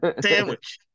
Sandwich